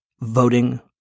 voting